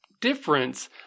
difference